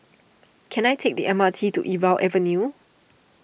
can I take the M R T to Irau Avenue